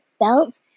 Felt